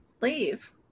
leave